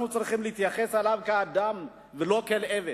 אנחנו צריכים להתייחס אליו כאל אדם, ולא כאל עבד.